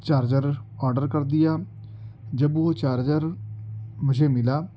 charger order کر دیا جب وہ چارجر مجھے ملا